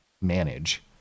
manage